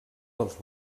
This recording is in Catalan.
dels